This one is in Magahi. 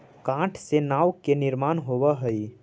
काठ से नाव के निर्माण होवऽ हई